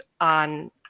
on